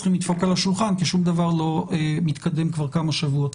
צריכים לדפוק על השולחן כי שום דבר לא מתקדם כבר כמה שבועות.